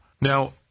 Now